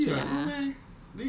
ya lah okay lah